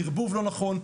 ערבוב לא נכון,